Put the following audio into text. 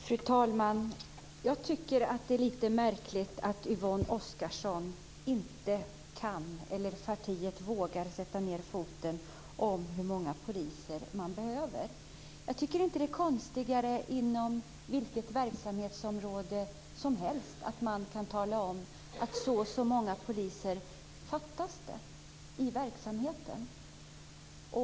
Fru talman! Det är märkligt att Yvonne Oscarsson och hennes parti inte kan eller vågar sätta ned foten och tala om hur många poliser som behövs. Det är inte konstigare än vilket verksamhetsområde som helst, att man kan tala om hur många poliser som fattas i verksamheten.